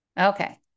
Okay